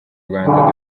rwanda